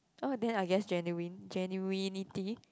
oh then I guess genuine genuineness